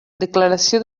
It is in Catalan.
declaració